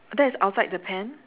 that is outside the pan